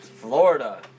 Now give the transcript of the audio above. Florida